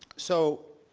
so